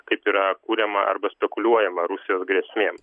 kaip yra kuriama arba spekuliuojama rusijos grėsmėm